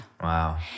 Wow